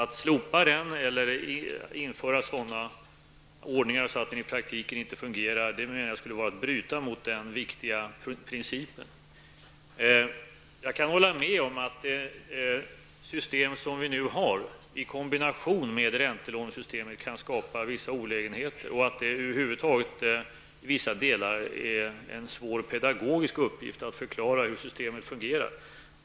Att slopa den eller införa en sådan ordning att den i praktiken inte fungerar skulle vara, menar jag, att bryta mot denna viktiga princip. Jag kan hålla med om att det system som vi nu har kan skapa vissa olägenheter i kombination med räntelånesystemet och att det över huvud taget i vissa delar är en svår pedagogisk uppgift att förklara hur systemet fungerar.